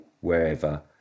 wherever